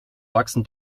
wachsen